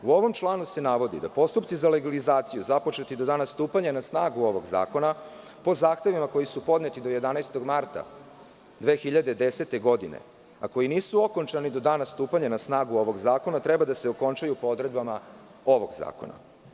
U ovom članu se navodi da postupci za legalizaciju započeti do dana stupanja na snagu ovog zakona, po zahtevima koji su podneti do 11. marta 2010. godine, a koji nisu okončani do dana stupanja na snagu ovog zakona, treba da se okončaju po odredbama ovog zakona.